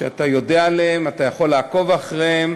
שאתה יודע עליהן, אתה יכול לעקוב אחריהן.